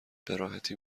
براحتی